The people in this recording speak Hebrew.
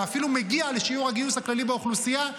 ואפילו מגיע לשיעור הגיוס הכללי באוכלוסייה,